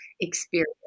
experience